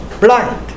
blind